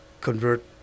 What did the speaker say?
convert